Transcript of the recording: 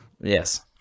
Yes